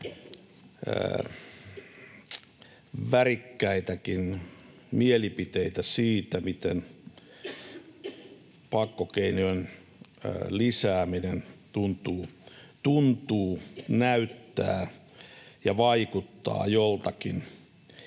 värikkäitäkin mielipiteitä siitä, miten pakkokeinojen lisääminen tuntuu, näyttää ja vaikuttaa joltakin,